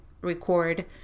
record